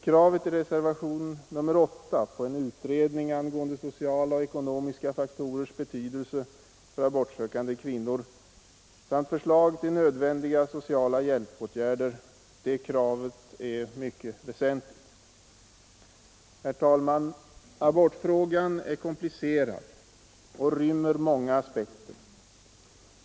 Kravet i reservationen 8 på en utredning angående sociala och ekonomiska faktorers betydelse för abortsökande kvinnor samt förslag till nödvändiga sociala hjälpåtgärder är mycket väsentligt. Herr talman! Abortfrågan är komplicerad och rymmer många aspekter.